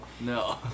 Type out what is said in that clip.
No